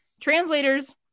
translators